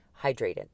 Hydrated